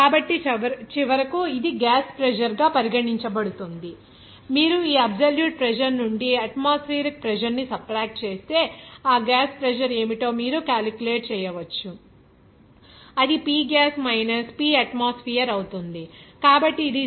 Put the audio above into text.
కాబట్టి చివరకు ఇది గ్యాస్ ప్రెజర్ గా పరిగణించబడుతుంది మీరు ఈ అబ్సొల్యూట్ ప్రెజర్ నుండి అట్మాస్ఫియరిక్ ప్రెజర్ ని సబ్ట్రాక్ట్ చేస్తే ఆ గ్యాస్ ప్రెజర్ ఏమిటో మీరు క్యాలిక్యులేట్ చేయవచ్చు అది P gas minus P atmosphere అవుతుంది